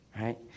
right